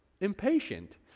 impatient